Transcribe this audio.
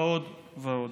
ועוד ועוד.